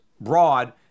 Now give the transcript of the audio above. broad